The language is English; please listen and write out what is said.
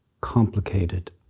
complicated